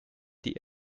die